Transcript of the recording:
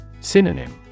Synonym